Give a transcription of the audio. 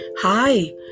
Hi